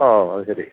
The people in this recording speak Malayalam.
ഓ അതുശരി